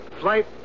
Flight